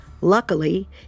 Luckily